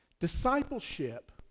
Discipleship